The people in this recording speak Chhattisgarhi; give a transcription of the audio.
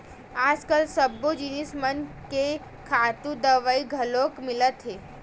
आजकाल सब्बो जिनिस मन के खातू दवई घलोक मिलत हे